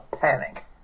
panic